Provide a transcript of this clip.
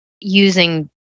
using